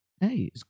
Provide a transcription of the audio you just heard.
hey